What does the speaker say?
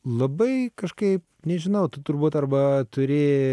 labai kažkaip nežinau tu turbūt arba turi